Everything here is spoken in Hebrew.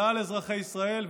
כלל אזרחי ישראל,